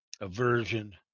aversion